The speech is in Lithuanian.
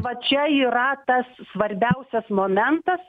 va čia yra tas svarbiausias momentas